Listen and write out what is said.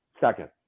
second